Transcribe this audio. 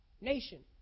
Nation